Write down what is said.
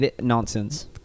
nonsense